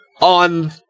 on